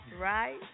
Right